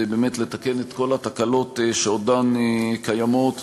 לתקן את כל התקלות שעודן קיימות